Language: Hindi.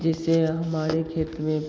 जैसे हमारे खेत में